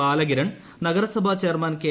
ബാലകിരൺ നഗരസഭ chairman K